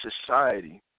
society